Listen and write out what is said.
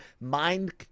mind